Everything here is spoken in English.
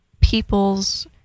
people's